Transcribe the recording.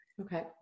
Okay